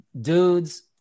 dudes